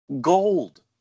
Gold